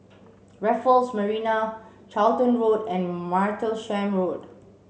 Raffles Marina Charlton Road and Martlesham Road